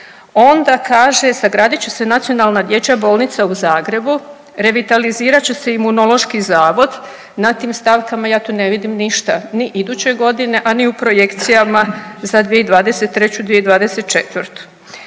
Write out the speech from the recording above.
Onda kaže sagradit će nacionalna dječja bolnica u Zagrebu, revitalizirat će se Imunološki zavod na tim stavkama ja tu ne vidim ništa ni iduće godine, a ni u projekcijama za 2023., 2024.